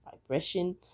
vibration